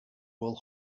will